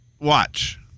watch